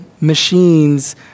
machines